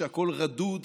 כשהכול רדוד,